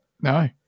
No